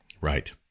Right